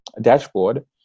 dashboard